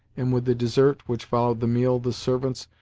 and with the dessert which followed the meal the servants,